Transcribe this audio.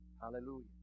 Hallelujah